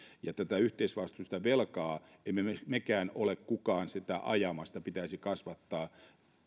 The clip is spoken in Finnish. ja tätä yhteisvastuullista velkaa ei meistäkään kukaan ole ajamassa että sitä pitäisi kasvattaa